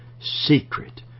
secret